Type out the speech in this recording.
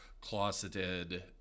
closeted